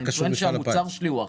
אני טוען שהמוצר שלי אחר.